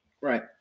Right